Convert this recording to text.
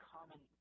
Common